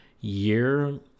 year